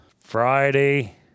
Friday